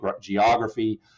geography